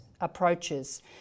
approaches